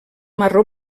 marró